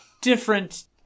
different